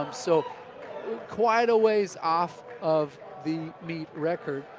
um so quite a ways off of the meet record.